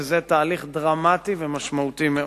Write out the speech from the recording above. וזה תהליך דרמטי ומשמעותי מאוד.